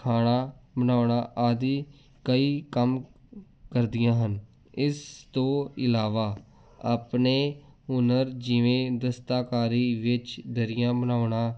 ਖਾਣਾ ਬਣਾਉਣਾ ਆਦਿ ਕਈ ਕੰਮ ਕਰਦੀਆਂ ਹਨ ਇਸ ਤੋਂ ਇਲਾਵਾ ਆਪਣੇ ਹੁਨਰ ਜਿਵੇਂ ਦਸਤਾਕਾਰੀ ਵਿੱਚ ਦਰੀਆਂ ਬਣਾਉਣਾ